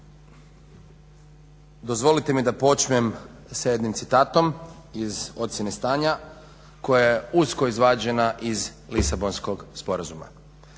Dozvolite mi da počnem sa jednim citatom iz ocjene stanja koja je usko izvađena iz Lisabonskog sporazuma.